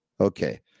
okay